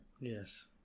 yes